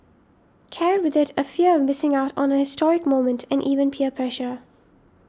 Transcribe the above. carried with it a fear of missing out on a historic moment and even peer pressure